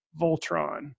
Voltron